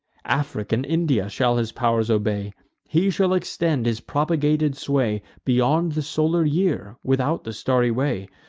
afric and india shall his pow'r obey he shall extend his propagated sway beyond the solar year, without the starry way,